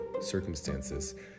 circumstances